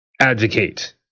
advocate